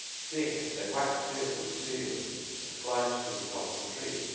seeing it, they waxed fearful exceedingly and climbed to the top of the tree,